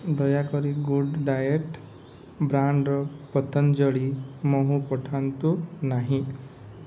ଦୟାକରି good diet ବ୍ରାଣ୍ଡ୍ର ପତଞ୍ଜଳି ମହୁ ପଠାନ୍ତୁ ନାହିଁ